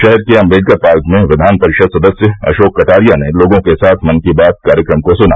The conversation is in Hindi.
शहर के अम्बेडकर पार्क में विघान परिषद सदस्य अशोक कटारिया ने लोगों के साथ मन की बात कार्यक्रम को सुना